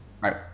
Right